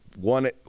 one